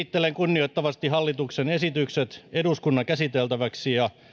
kunnioittavasti hallituksen esitykset eduskunnan käsiteltäväksi ja